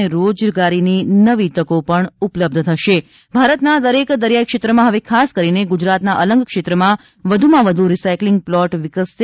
અને રોજગારીની નવી તકો ઉભી થશે ભારતના દરેક દરિયાઈક્ષેત્રમાં અને ખાસ કરીને ગુજરાતના અલંગક્ષેત્રમાં વધુમાં વધુ રીસાઈકલીંગ પ્લોટ વિકસશે